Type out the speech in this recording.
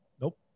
Nope